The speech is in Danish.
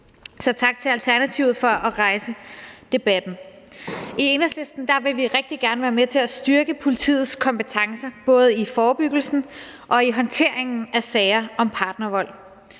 Så tak til Alternativet for at rejse debatten. I Enhedslisten vil vi rigtig gerne være med til at styrke politiets kompetencer, både i forebyggelsen og i håndteringen af sager om partnervold.